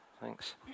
thanks